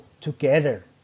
together